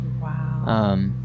Wow